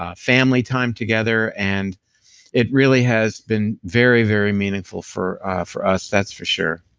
ah family time together, and it really has been very, very meaningful for for us, that's for sure.